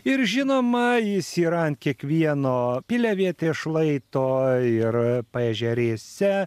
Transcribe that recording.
ir žinoma jis yra ant kiekvieno piliavietės šlaito ir paežerėse